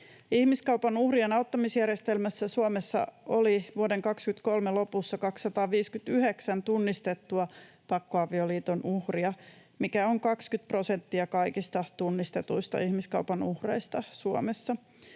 Ihmiskaupan uhrien auttamisjärjestelmässä Suomessa oli vuoden 23 lopussa 259 tunnistettua pakkoavioliiton uhria, mikä on 20 prosenttia kaikista tunnistetuista ihmiskaupan uhreista Suomessa.